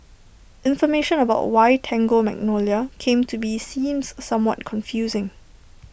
information about why Tango Magnolia came to be seems somewhat confusing